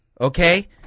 Okay